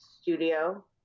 studio